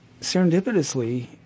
serendipitously